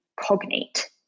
cognate